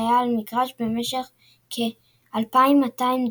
שהיה על המגרשים במשך כ-2,200 דקות.